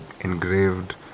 engraved